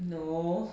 no